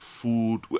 Food